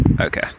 Okay